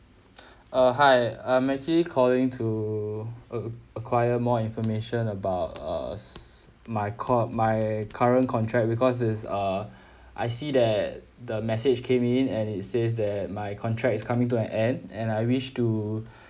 uh hi I'm actually calling to ac~ acquire more information about uh my call my current contract because it's uh I see that the message came in and it says that my contract is coming to an end and I wish to